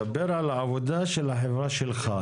דבר על העבודה של החברה שלך,